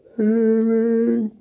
healing